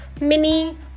mini